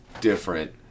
different